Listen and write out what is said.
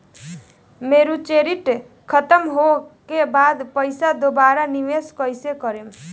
Maturity खतम होला के बाद पईसा दोबारा निवेश कइसे करेम?